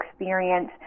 experience